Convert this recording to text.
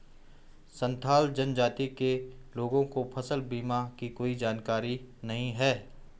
संथाल जनजाति के लोगों को फसल बीमा की कोई जानकारी नहीं है